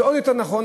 זה עוד יותר נכון,